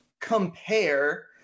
compare